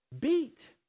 beat